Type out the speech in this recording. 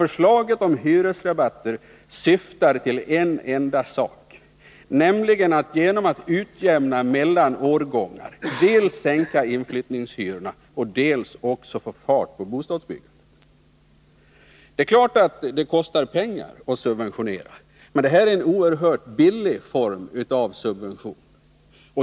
Förslaget om hyresrabatter syftar till att genom utjämning mellan årgångar dels sänka inflyttningshyrorna, dels få fart på bostadsbyggandet. Det är klart att det kostar pengar att subventionera, men det här är en oerhört billig form av subvention.